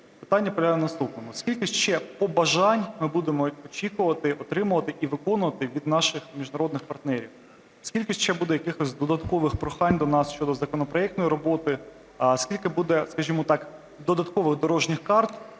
Питання полягає в наступному: скільки ще побажань ми будемо очікувати, отримувати і виконувати від наших міжнародних партнерів? Скільки ще буде якихось додаткових прохань до нас щодо законопроектної роботи? Скільки буде, скажімо так, додаткових дорожніх карт,